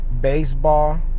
baseball